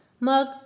Mug